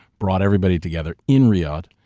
brought everybody together in riyadh,